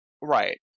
Right